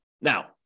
Now